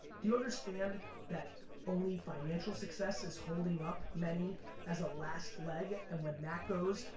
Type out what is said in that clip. do you understand that only financial success is holding up many as a last leg and when that goes,